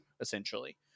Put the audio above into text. essentially